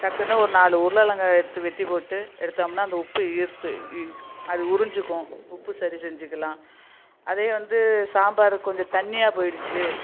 டக்குனு ஒரு நாலு உருளைக்கிழங்கை எடுத்து வெட்டி போட்டு எடுத்தோம்னா அந்த உப்பு ஈர்த்து ஈர் அது உறிஞ்சிக்கும் உப்பு சரி செஞ்சிக்கலாம் அதே வந்து சாம்பார் கொஞ்சம் தண்ணியாக போயிடுச்சு